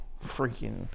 Freaking